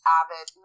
avid